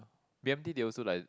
b_m_t they also like